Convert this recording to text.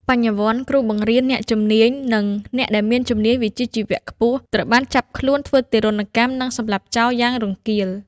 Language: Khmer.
បញ្ញវន្ត គ្រូបង្រៀន អ្នកជំនាញ និងអ្នកដែលមានជំនាញវិជ្ជាជីវៈខ្ពស់ត្រូវបានចាប់ខ្លួន ធ្វើទារុណកម្ម និងសម្លាប់ចោលយ៉ាងរង្គាល។